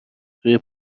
روی